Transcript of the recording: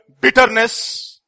bitterness